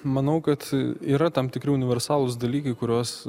manau kad yra tam tikri universalūs dalykai kuriuos